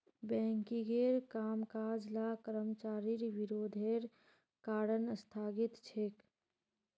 बैंकिंगेर कामकाज ला कर्मचारिर विरोधेर कारण स्थगित छेक